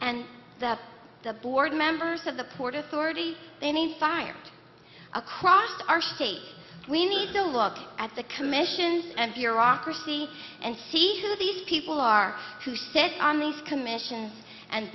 and the the board members of the port authority they need fire across our state we need to look at the commissions and bureaucracy and see who these people are who sit on these commissions and